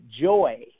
joy